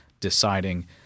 deciding